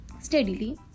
steadily